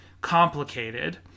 complicated